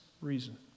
reason